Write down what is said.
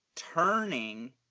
turning